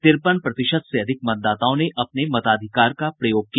तिरपन प्रतिशत से अधिक मतदाताओं ने अपने मताधिकार का प्रयोग किया